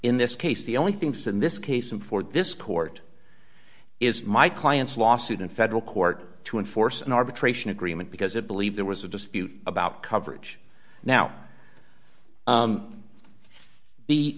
in this case the only thing said in this case and for this court is my client's lawsuit in federal court to enforce an arbitration agreement because it believed there was a dispute about coverage now